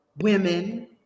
women